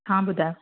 हा ॿुधायो